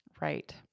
Right